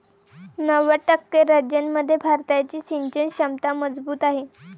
नव्वद टक्के राज्यांमध्ये भारताची सिंचन क्षमता मजबूत आहे